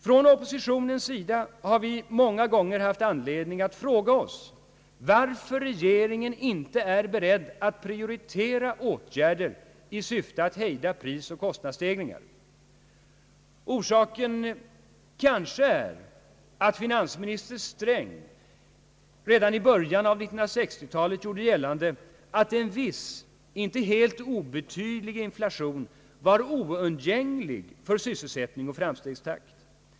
Från oppositionens sida har vi många gånger haft anledning att fråga oss varför regeringen inte är beredd att prioritera åtgärder i syfte att hejda prisoch kostnadsstegringarna. Orsaken härtill är kanske att finansminister Sträng redan i början av 1960-talet gjorde gällande att en viss, inte helt obetydlig, inflation var oundgänglig för sysselsättning och framstegstakt.